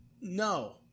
no